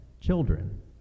Children